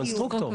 קונסטרוקטור.